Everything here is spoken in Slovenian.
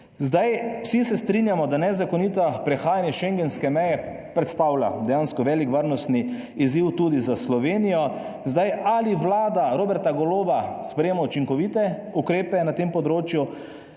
Zdaj, vsi se strinjamo, da nezakonito prehajanje schengenske meje predstavlja dejansko velik varnostni izziv tudi za Slovenijo. Zdaj, ali Vlada Roberta Goloba sprejema učinkovite ukrepe na tem področju?